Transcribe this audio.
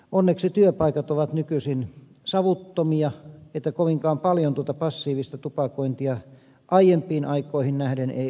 onneksi työpaikat ovat nykyisin savuttomia kovinkaan paljon tuota passiivista tupakointia aiempiin aikoihin nähden ei ole